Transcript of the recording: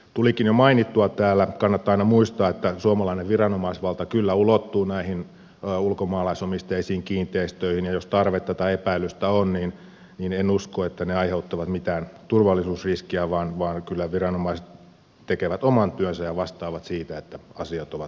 tulikin jo mainittua täällä että kannattaa aina muistaa että suomalainen viranomaisvalta kyllä ulottuu näihin ulkomaalaisomisteisiin kiinteistöihin ja jos tarvetta tai epäilystä on niin en usko että ne aiheuttavat mitään turvallisuusriskiä vaan kyllä viranomaiset tekevät oman työnsä ja vastaavat siitä että asiat ovat turvallisesti ja hyvin